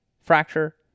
fracture